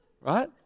Right